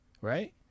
right